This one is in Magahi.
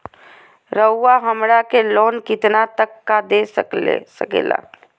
रउरा हमरा के लोन कितना तक का दे सकेला?